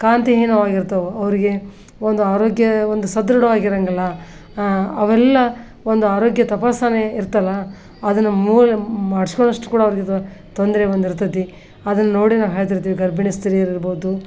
ಕಾಂತಿಹೀನವಾಗಿರ್ತವೆ ಅವ್ರಿಗೆ ಒಂದು ಆರೋಗ್ಯ ಒಂದು ಸದೃಢವಾಗಿರಂಗಿಲ್ಲ ಅವೆಲ್ಲ ಒಂದು ಆರೋಗ್ಯ ತಪಾಸಣೆ ಇರ್ತಲ್ಲ ಅದನ್ನು ಮೂಲ ಮಾಡ್ಸ್ಕೊಳ್ಳೋಷ್ಟು ಕೂಡ ಅವ್ರ್ಗೆ ಇದು ತೊಂದರೆ ಬಂದಿರ್ತೈತಿ ಅದನ್ನು ನೋಡಿ ನಾವು ಹೇಳ್ತಿರ್ತೀವಿ ಗರ್ಭಿಣಿ ಸ್ತ್ರೀಯರಿರ್ಬೋದು